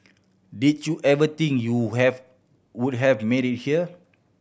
did you ever think you have would have made it here